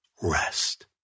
rest